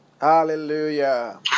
Hallelujah